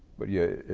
but yeah,